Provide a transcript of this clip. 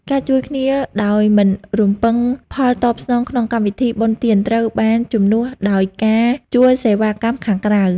ការជួយគ្នាដោយមិនរំពឹងផលតបស្នងក្នុងកម្មវិធីបុណ្យទានត្រូវបានជំនួសដោយការជួលសេវាកម្មខាងក្រៅ។